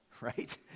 right